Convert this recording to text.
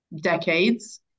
decades